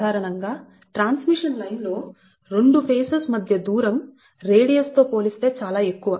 సాధారణం గా transmission line లో 2 ఫేజ్ఎస్ మధ్య దూరం రేడియస్ తో పోలిస్తే చాలా ఎక్కువ